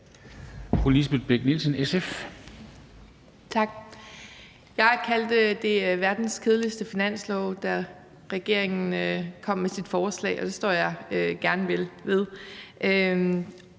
Jeg kaldte den for verdens kedeligste finanslov, da regeringen kom med sit forslag, og det står jeg gerne ved.